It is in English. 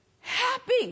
happy